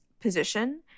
position